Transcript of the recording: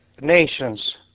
nations